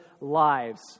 lives